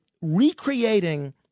recreating